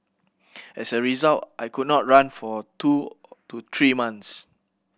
as a result I could not run for two to three months